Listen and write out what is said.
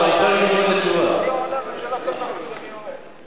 אני אומר לשר ישי,